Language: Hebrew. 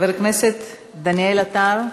חבר הכנסת דניאל עטר.